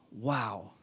wow